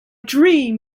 dream